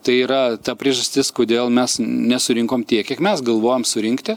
tai yra ta priežastis kodėl mes nesurinkom tiek kiek mes galvojom surinkti